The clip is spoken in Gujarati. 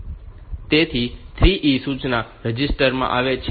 તેથી 3E સૂચના રજિસ્ટરમાં આવે છે